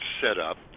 setup